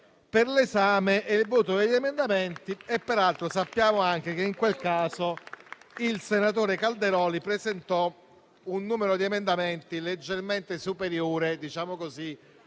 per l'esame e il voto degli emendamenti. Peraltro, sappiamo anche che in quel caso il senatore Calderoli presentò un numero di emendamenti leggermente superiore - diciamo così